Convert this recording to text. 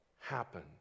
happen